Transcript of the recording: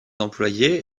employés